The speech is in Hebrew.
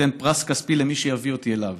ייתן פרס כספי למי שיביא אותי אליו".